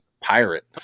pirate